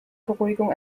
beruhigung